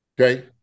okay